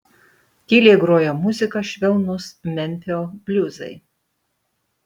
tyliai grojo muzika švelnūs memfio bliuzai